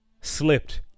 slipped